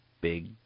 big